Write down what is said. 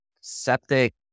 septic